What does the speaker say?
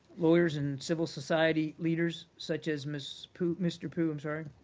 lawyers and civil society leaders such as miss pu mr. pu, i'm sorry